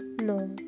no